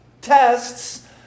Tests